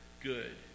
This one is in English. good